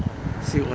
see 有问 eh